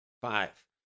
Five